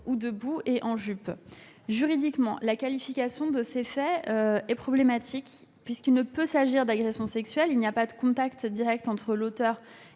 ou debout, et en jupe. Juridiquement, la qualification de ces faits est problématique, puisqu'il ne peut s'agir d'agressions sexuelles. En effet, il n'y a pas de contact direct entre l'auteur